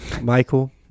michael